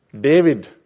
David